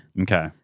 Okay